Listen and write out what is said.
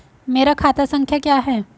मेरा खाता संख्या क्या है?